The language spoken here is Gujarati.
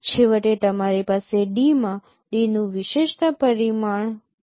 છેવટે તમારી પાસે D માં D નું વિશેષતા પરિમાણ હશે